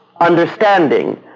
understanding